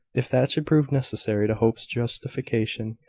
if that should prove necessary to hope's justification.